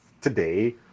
today